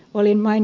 olin ed